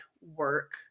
work